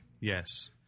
Yes